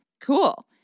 cool